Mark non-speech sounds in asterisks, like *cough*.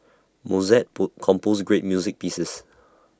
Mozart *unintelligible* composed great music pieces